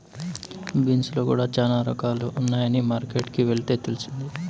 beans లో కూడా చానా రకాలు ఉన్నాయని మార్కెట్ కి వెళ్తే తెలిసింది